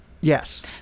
Yes